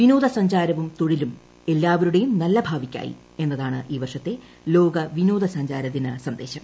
് വിനോദ സഞ്ചാരവും തൊഴിലും എല്ലാവരുടെയും നല്ല ഭാവിക്കായി എന്നതാണ് ഈ വർഷത്തെ ലോക വിനോദ സഞ്ചാര ദിന് സന്ദേശ്യം